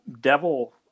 devil